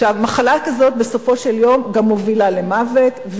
מחלה כזאת בסופו של יום גם מובילה למוות.